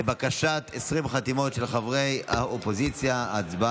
לבקשת 20 חברי האופוזיציה בחתימותיהם.